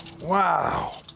wow